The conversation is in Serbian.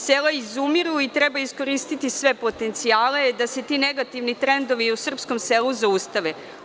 Sela izumiru i treba iskoristiti sve potencijale da se ti negativni trendovi u srpskom selu zaustave.